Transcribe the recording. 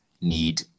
need